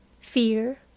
Fear